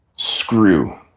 Screw